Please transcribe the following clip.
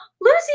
Lucy